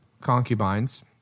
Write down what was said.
concubines